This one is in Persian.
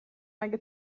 اگه